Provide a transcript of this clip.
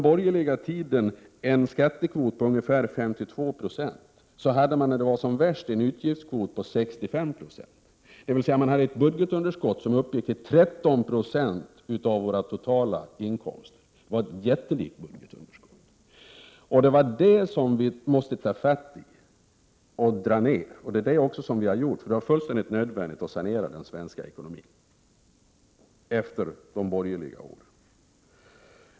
När skattekvoten var ungefär 52 Yo var utgiftskovten, när det var som värst, 65 Zo. Budgetunderskottet uppgick alltså till 13 96 av de totala inkomsterna — det var ett jättelikt budgetunderskott. Det var det som vi socialdemokrater måste ta tag i och dra ner. Det har vi också gjort, eftersom det var fullständigt nödvändigt att sanera den svenska ekonomin efter de borgerliga åren.